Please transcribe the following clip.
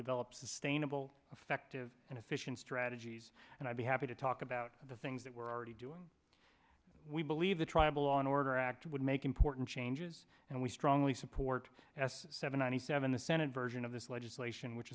develop sustainable effective and efficient strategies and i'd be happy to talk about the things that we're already doing we believe the tribal law and order act would make important changes and we strongly support s seven ninety seven the senate version of this legislation which